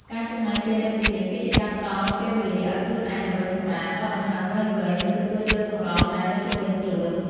ការចំណាយពេលនៅទីនេះ គឺជាការផ្តល់ពេលវេលាឲ្យខ្លួនឯងដើម្បីសម្រាក ដកដង្ហើមវែងៗ និងទទួលយកសម្រស់ដែលនៅជុំវិញខ្លួន។